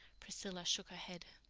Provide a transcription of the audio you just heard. priscilla shook her head.